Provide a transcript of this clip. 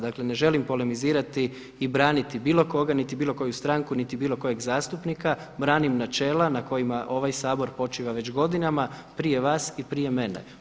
Dakle ne želim polemizirati i braniti bilo koga niti bilo koju stranku, niti bilo kojeg zastupnika, branim načela na kojima ovaj Sabor počiva već godinama prije vas i prije mene.